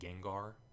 Gengar